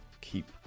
keep